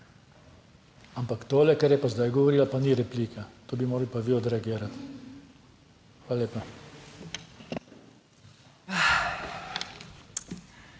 Ampak tole, kar je pa zdaj govorila, pa ni replika, to bi morali pa vi odreagirati. Hvala lepa.